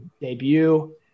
debut